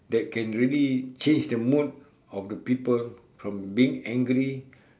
that can really change the mood of the people from being angry